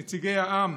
נציגי העם,